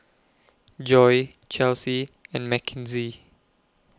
Joy Chelsy and Mackenzie